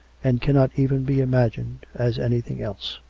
and cannot even be imagined as anything else.